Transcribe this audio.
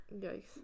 Yikes